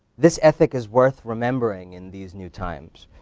this ethic is worth remembering in these new times.